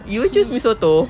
you choose mee soto